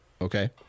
Okay